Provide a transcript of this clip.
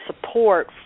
support